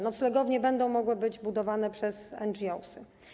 Noclegownie będą mogły być budowane przez NGOs.